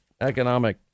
economic